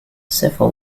civil